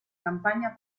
campaña